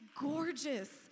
gorgeous